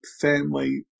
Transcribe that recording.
family